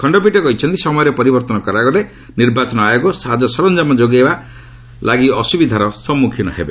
ଖଣ୍ଡପୀଠ କହିଛନ୍ତି ସମୟରେ ପରିବର୍ଭନ କରାଗଲେ ନିର୍ବାଚନ ଆୟୋଗ ସାଜସରଞ୍ଜାମ ଯୋଗାଇବା ଅସ୍ରବିଧାର ସମ୍ମୁଖୀନ ହେବେ